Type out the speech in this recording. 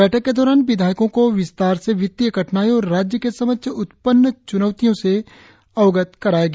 बैठक के दौरान विधायकों को विस्तार से वित्तीय कठिनाइयों और राज्य के समक्ष उपस्थित च्नौतियों से अवगत कराया गया